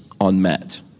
unmet